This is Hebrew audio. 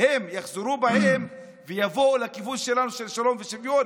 הם יחזרו בהם ויבואו לכיוון שלנו של שלום ושוויון